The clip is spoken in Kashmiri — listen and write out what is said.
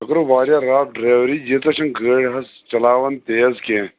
تُہۍ کٔرو واریاہ رَف ڈرٛیوری یوٗتاہ چھُنہٕ گٲڑۍ آسان چَلاوان تیز کینٛہہ